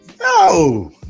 no